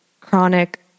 chronic